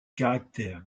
caractère